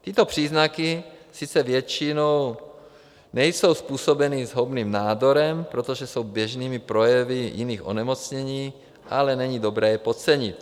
Tyto příznaky sice většinou nejsou způsobeny zhoubným nádorem, protože jsou běžnými projevy jiných onemocnění, ale není dobré je podcenit.